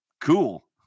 cool